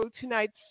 tonight's